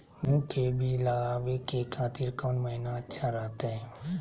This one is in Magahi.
गेहूं के बीज लगावे के खातिर कौन महीना अच्छा रहतय?